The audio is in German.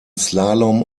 slalom